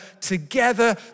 together